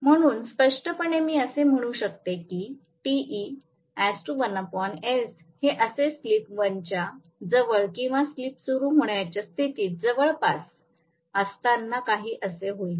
म्हणून स्पष्टपणे मी असे म्हणू शकते की हे असे स्लिप 1 च्या जवळ किंवा स्लिप सुरू होण्याच्या स्थितीच्या अगदी जवळपास असतांना काही असे होईल